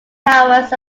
hours